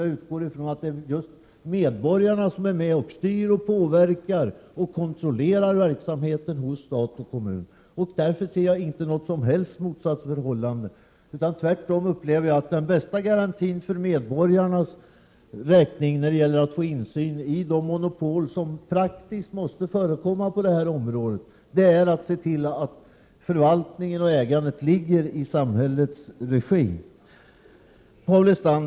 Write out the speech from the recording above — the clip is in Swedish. Jag utgår från att just medborgarna skall vara med när det gäller att styra, påverka och kontrollera statens och kommunernas verksamhet. Jag ser alltså här inget som helst motsatsförhållande, tvärtom. Den bästa garantin för människornas möjligheter att få insyn i de monopol som — för att det hela praktiskt skall fungera — måste få förekomma på detta område är att man ser till att samhället förvaltar och äger verksamheter av detta slag.